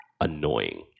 annoying